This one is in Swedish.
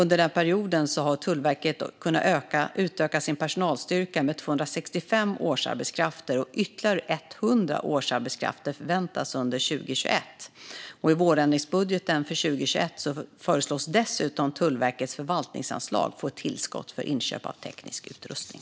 Under den perioden har Tullverket kunnat utöka sin personalstyrka med 265 årsarbetskrafter, och ytterligare 100 årsarbetskrafter förväntas under 2021. I vårändringsbudgeten för 2021 föreslås dessutom Tullverkets förvaltningsanslag få ett tillskott för inköp av teknisk utrustning.